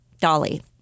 Dolly